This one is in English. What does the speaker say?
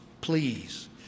please